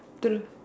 true